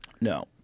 No